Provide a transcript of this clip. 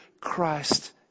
Christ